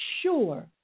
sure